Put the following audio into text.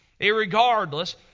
Irregardless